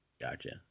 Gotcha